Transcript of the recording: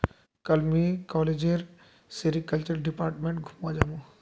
कल मुई कॉलेजेर सेरीकल्चर डिपार्टमेंट घूमवा जामु